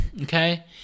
okay